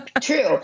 True